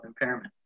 impairment